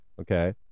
okay